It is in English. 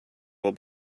will